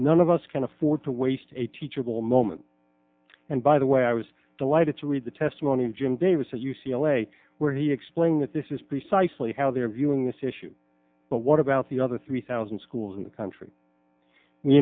none of us can afford to waste a teachable moment and by the way i was delighted to read the testimony of jim davis at u c l a where he explained that this is precisely how they are viewing this issue but what about the other three thousand schools in the country we